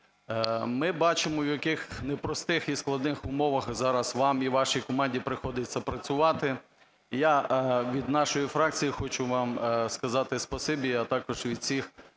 Ми бачимо, в яких непростих і складних умовах зараз вам і вашій команді приходиться працювати. Я від нашої фракції хочу вам сказати спасибі, а також від всіх